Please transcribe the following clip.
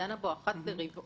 היא דנה בו אחת לרבעון,